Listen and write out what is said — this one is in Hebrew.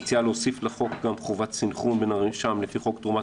היא מציעה להוסיף לחוק גם חובת סנכרון בין המרשם לפי חוק תרומת